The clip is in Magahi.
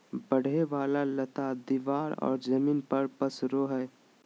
बढ़े वाला लता दीवार और जमीन पर पसरो हइ